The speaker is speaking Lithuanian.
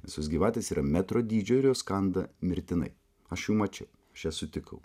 visos gyvatės yra metro dydžio ir jos kanda mirtinai aš jau mačiau aš jas sutikau